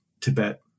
Tibet